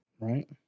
right